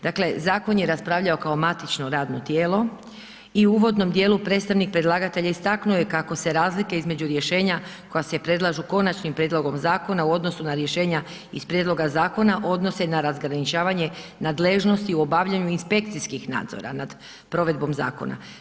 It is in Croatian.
Dakle, zakon je raspravljao kao matično radno tijelo i u uvodnom dijelu predstavnik predlagatelja istaknuo je kako se razlike između rješenja koja se predlažu konačnim prijedlogom zakona u odnosu na rješenja iz prijedloga zakona odnose na razgraničavanje nadležnosti u obavljanju inspekcijskih nadzora nad provedbom zakona.